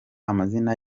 amazina